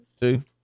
Two